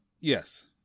Yes